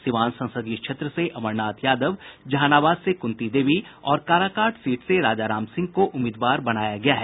सीवान संसदीय क्षेत्र से अमरनाथ यादव जहानाबाद से कुंती देवी और काराकाट सीट से राजाराम सिंह को उम्मीदवार बनाया गया है